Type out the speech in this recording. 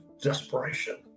desperation